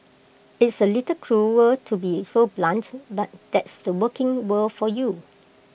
it's A little cruel to be so blunt but that's the working world for you